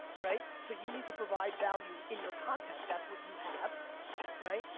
right? so you need to provide value in your content, that's what you have right?